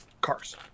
Cars